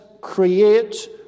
create